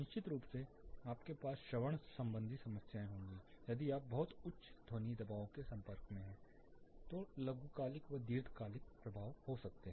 निश्चित रूप से आपके पास श्रवण संबंधी समस्याएं होंगी यदि आप बहुत उच्च ध्वनि दबावों के संपर्क में हैं तो लघुकालिक व दीर्घकालिक प्रभाव होंगे